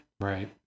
Right